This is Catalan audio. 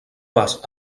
pas